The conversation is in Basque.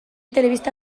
telebista